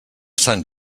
sant